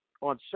on